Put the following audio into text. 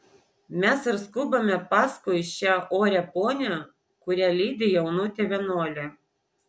mes ir skubame paskui šią orią ponią kurią lydi jaunutė vienuolė